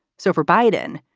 so for biden,